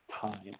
time